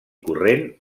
corrent